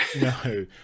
no